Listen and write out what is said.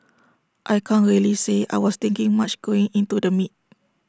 I can't really say I was thinking much going into the meet